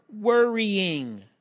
worrying